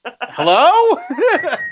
Hello